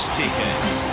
tickets